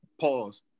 pause